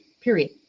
period